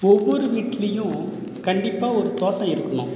ஒவ்வொரு வீட்லேயும் கண்டிப்பாக ஒரு தோட்டம் இருக்கணும்